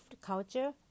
culture